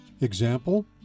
Example